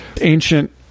ancient